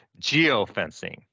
geofencing